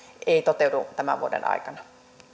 ei toteudu tämän vuoden aikana